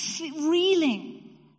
reeling